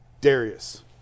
Darius